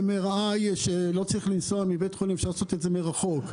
MRI שלא צריך לנסוע לבית חולים אלא לעשות את זה מרחוק,